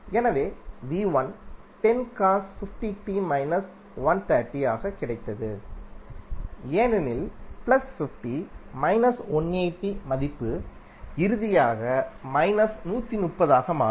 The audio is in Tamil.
எனவே ஆக கிடைத்தது ஏனெனில் 50 180 மதிப்பு இறுதியாக 130 ஆக மாறும்